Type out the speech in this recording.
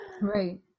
Right